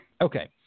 Okay